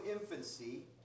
infancy